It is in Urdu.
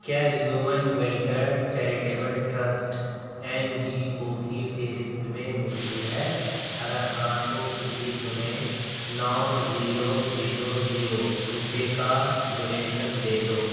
کیا human welfare charitable trust N G O کی فہرست میں موجود ہے اگر ہاں تو پلیز انہیں نو زیرو زیرو زیرو روپے کا ڈونیشن دے دو